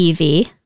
EV